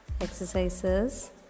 exercises